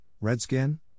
Redskin